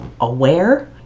aware